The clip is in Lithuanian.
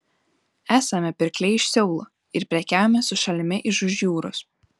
esame pirkliai iš seulo ir prekiaujame su šalimi iš už jūros